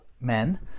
men